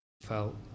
Felt